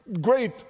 great